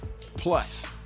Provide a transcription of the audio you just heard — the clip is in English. plus